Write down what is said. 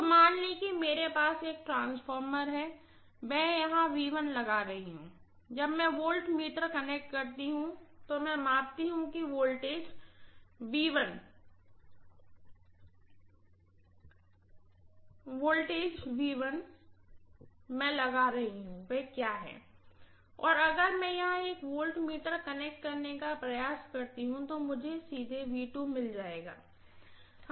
तो मान लें कि मेरे पास एक ट्रांसफार्मर है मैं यहां लगा रही हूँ जब मैं वोल्टमीटर कनेक्ट करती हूँ तो मैं मापती हूँ कि जो वोल्टेज 1 मैं लगा रही हूँ वह क्या है और अगर मैं यहां एक वोल्टमीटर कनेक्ट करने का प्रयास करती हूँ तो मुझे सीधे मिल जाएगा